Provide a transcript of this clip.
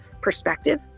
perspective